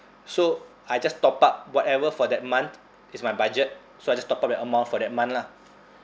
so I just top up whatever for that month is my budget so I just top up that amount for that month lah